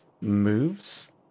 moves